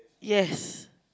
yes